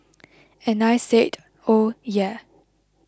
and I said oh yeah